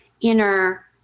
inner